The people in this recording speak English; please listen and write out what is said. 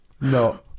No